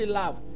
love